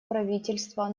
правительства